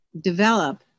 develop